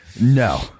No